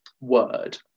Word